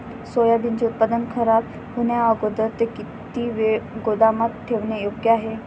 सोयाबीनचे उत्पादन खराब होण्याअगोदर ते किती वेळ गोदामात ठेवणे योग्य आहे?